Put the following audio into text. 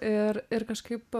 ir ir kažkaip